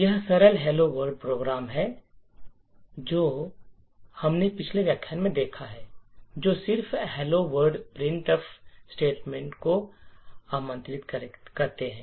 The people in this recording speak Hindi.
यह सरल Hello World प्रोग्राम है जोकि हमने पिछले व्याख्यान में देखा है जो सिर्फ print Hello world printf statement को आमंत्रित करके करता है